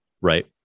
right